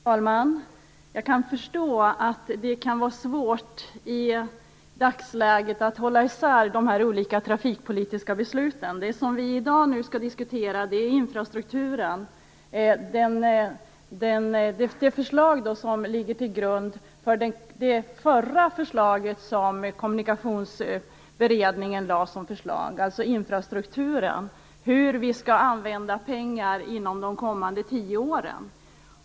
Herr talman! Jag kan förstå att det kan vara svårt i dagsläget att hålla isär de olika trafikpolitiska besluten. Det som vi i dag skall diskutera gäller det förra förslaget som Kommunikationsberedningen lade fram, dvs. infrastrukturen och hur vi skall använda pengarna inom de kommande tio åren.